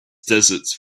desert